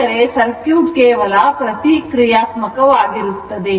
ಅಂದರೆ ಸರ್ಕ್ಯೂಟ್ ಕೇವಲ ಪ್ರತಿಕ್ರಿಯಾತ್ಮಕವಾಗಿರುತ್ತದೆ